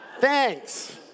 Thanks